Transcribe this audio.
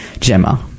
Gemma